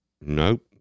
Nope